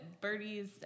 birdies